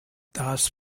das